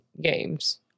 games